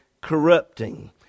corrupting